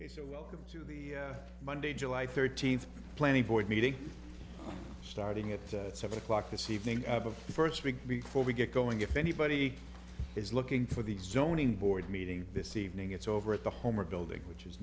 so welcome to the monday july thirteenth planning board meeting starting at seven o'clock this evening of the first big before we get going if anybody is looking for the zoning board meeting this evening it's over at the home or building which is